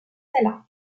salins